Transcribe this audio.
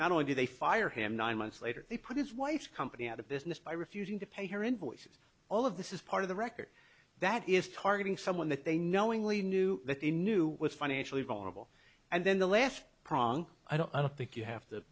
not only do they fire him nine months later they put his wife's company out of business by refusing to pay her invoices all of this is part of the record that is targeting someone that they knowingly knew that they knew was financially vulnerable and then the last prong i don't think you have to